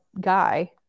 guy